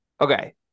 Okay